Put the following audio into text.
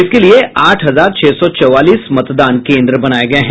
इसके लिये आठ हजार छह सौ चौवालीस मतदान केंद्र बनाये गये हैं